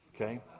Okay